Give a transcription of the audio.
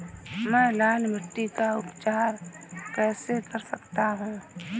मैं लाल मिट्टी का उपचार कैसे कर सकता हूँ?